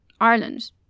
Ireland